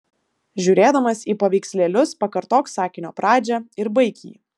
žiūrėdamas į paveikslėlius pakartok sakinio pradžią ir baik jį